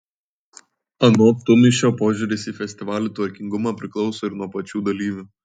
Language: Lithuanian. anot tumšio požiūris į festivalių tvarkingumą priklauso ir nuo pačių dalyvių